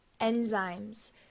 Enzymes